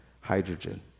hydrogen